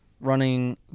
running